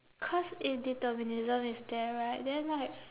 cause if determinism is there right then like